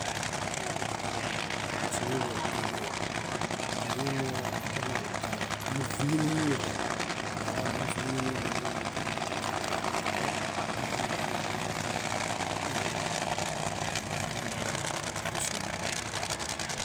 Buŝemuḃo inze mimoafiami kalo múvili néñi kua alaa nímuvilineñi moimibutukalo ñaɽio moini boneemelanda kalo ñaɽio źeboiɦaŋemaŋ buŝemu.